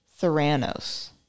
Theranos